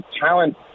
talent